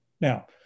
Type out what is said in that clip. Now